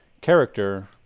character